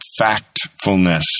Factfulness